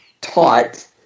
taught